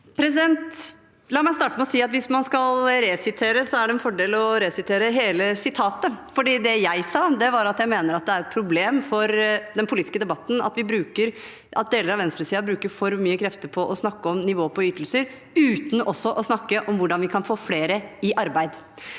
La meg starte med å si at hvis man skal resitere, er det en fordel å resitere hele uttalelsen, for det jeg sa, var at jeg mener at det er et problem for den politiske debatten at deler av venstresiden bruker for mye krefter på å snakke om nivået på ytelser uten også å snakke om hvordan vi kan få flere i arbeid.